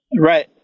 Right